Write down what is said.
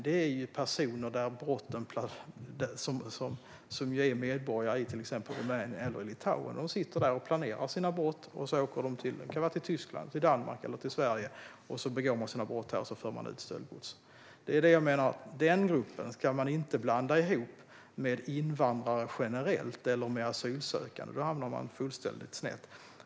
Det är personer som är medborgare i till exempel Rumänien eller Litauen. De sitter där och planerar sina brott. Sedan åker de till exempel till Tyskland, Danmark eller Sverige och begår brott där. Sedan för de ut stöldgods. Det är det jag menar. Den gruppen ska man inte blanda ihop med invandrare generellt eller med asylsökande. Då hamnar man fullständigt snett.